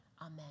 Amen